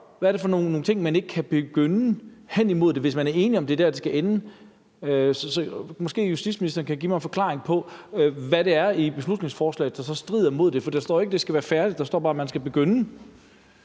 Hvad er det for nogle ting, man ikke kan begynde på hen imod det, hvis man er enig i, at det er der, det skal ende? Måske kan justitsministeren give mig en forklaring på, hvad det er i beslutningsforslaget, der så strider imod det, for der står jo ikke, at det skal være færdigt; der står bare, at man skal begynde.